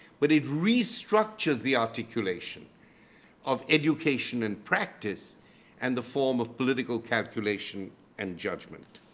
but it restructures the articulation of education and practice and the form of political calculation and judgment.